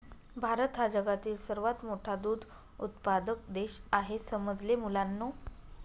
भारत हा जगातील सर्वात मोठा दूध उत्पादक देश आहे समजले मुलांनो